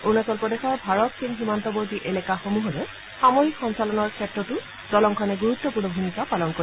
অৰুণাচল প্ৰদেশৰ ভাৰত চীন সীমান্তৱৰ্তী এলেকাসমূহলৈ সামৰিক সঞ্চালনৰ ক্ষেত্ৰতো দলংখনে গুৰুত্বপূৰ্ণ ভূমিকা পালন কৰিব